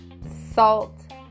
salt